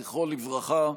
זכרו לברכה,